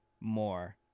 more